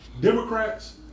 Democrats